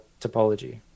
topology